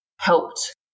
helped